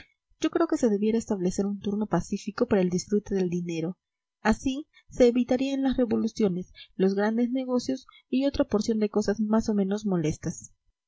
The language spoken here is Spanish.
yo creo que se debiera establecer un turno pacífico para el disfrute del dinero así se evitarían las revoluciones los grandes negocios y otra porción de cosas más o menos molestas